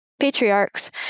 Patriarchs